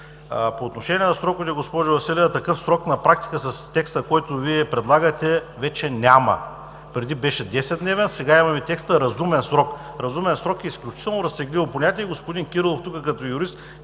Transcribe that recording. По отношение на сроковете, госпожо Василева. Такъв срок на практика с текста, който Вие предлагате, вече няма. Преди беше десетдневен, сега имаме текста „разумен срок“. „Разумен срок“ е изключително разтегливо понятие. Господин Кирилов, като юрист,